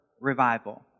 revival